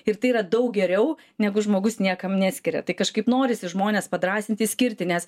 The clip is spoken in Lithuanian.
ir tai yra daug geriau negu žmogus niekam neskiria tai kažkaip norisi žmones padrąsinti skirti nes